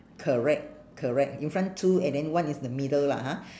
correct correct in front two and then one is the middle lah ha